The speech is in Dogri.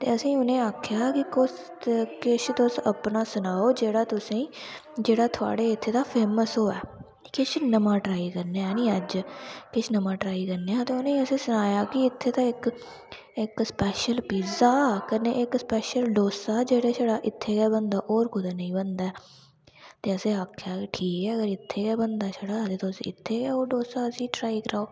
ते असें उ'नें गी आखेआ कि किश च तुस अपना सनाओ जेह्ड़ा तुसेंगी जेहड़ा थुआढ़ै इत्थै दा फैमस होऐ किश नमां ट्राई करने अज्ज किश नमां ट्राई करने आं ते ओह् असें सनाया कि इत्थै दा इक स्पेशल पिजा कन्नै इक स्पेशल डोसा जेह्ड़ा छडा इत्थै गै बनदा होर कुतै नेईं बनदा ऐ ते असें आखेआ ठीक ऐ अगर इत्थै गै बनदा छड़ा ते तुस इत्थै गै डोसा असेंगी ट्राई कराओ